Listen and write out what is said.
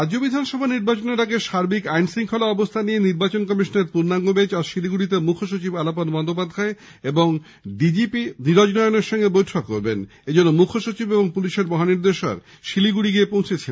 রাজ্য বিধানসভা নির্বাচনের আগে সার্বিক আইনশঙ্খলা পরিস্থিতি নিয়ে নির্বাচন কমিশনের পূর্ণাঙ্গ বেঞ্চ আজ শিলিগুড়িতে মুখ্যসচিব আলাপন বন্দ্যোপাধ্যায় ও ডিজি পি নীরজনয়নের সঙ্গে বৈঠক করবে এজন্য মুখ্যসচিব ও পুলিশের মহানির্দেশক শিলিগুড়ি গিয়ে পৌঁছেছেন